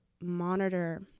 monitor